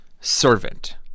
servant